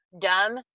dumb